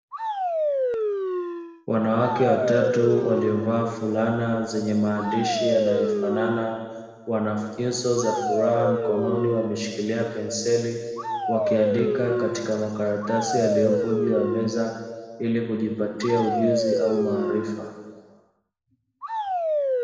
Wanawake watatu waliovaa fulana zenye maandishi yanayofanana wana nyuso za furaha, mkononi wameshikilia penseli wakiandika katika makaratasi yaliopo juu ya meza ili kujipatia ujuzi au maarifa.